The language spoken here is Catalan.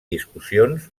discussions